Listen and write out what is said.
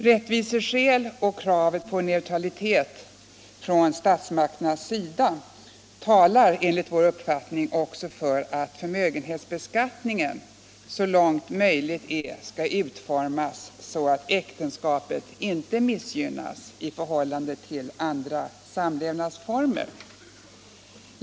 Rättviseskäl och kravet på neutralitet från statsmakternas sida talar enlig vår uppfattning också för att förmögenhetsbeskattningen så långt möjligt skall utformas så att äktenskapet inte missgynnas i förhållande till andra samlevnadsformer.